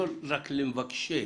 לא רק למבקשי